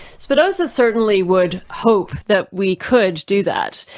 spinoza certainly would hope that we could do that,